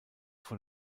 vor